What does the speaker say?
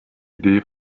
idee